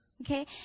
okay